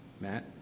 Matt